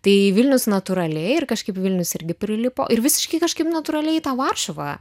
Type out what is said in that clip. tai vilnius natūraliai ir kažkaip vilnius irgi prilipo ir visiškai kažkaip natūraliai į tą varšuvą